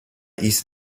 ist